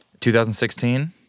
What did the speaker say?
2016